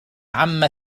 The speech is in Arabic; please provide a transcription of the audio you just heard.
عمّا